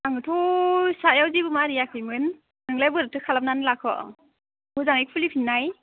आङोथ' सायाव जेबो मारियाखैमोन नोंलाय बोरैथो खालामनानै लाखो मोजाङै खुलि फिन्नाय